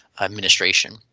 administration